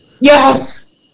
Yes